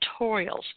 tutorials